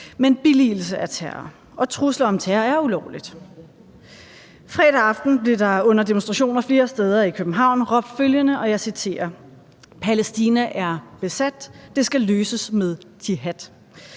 Men billigelse af terror og trusler om terror er ulovligt. Fredag aften blev der under demonstrationer flere steder i København råbt følgende, og jeg citerer: »Palæstina er besat. Det skal løses med jihad.«